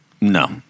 no